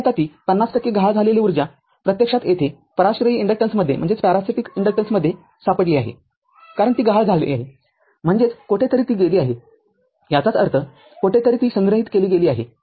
अन्यथा ती ५० टक्के गहाळ झालेली उर्जा प्रत्यक्षात येथे पराश्रयी इन्डक्टन्समध्ये सापडली आहेकारण ती गहाळ झाली आहे म्हणजेचकोठेतरी ती गेली आहेत्याचाच अर्थकोठेतरी ती संग्रहित केली गेली आहे